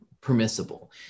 permissible